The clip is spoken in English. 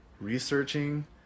researching